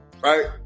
right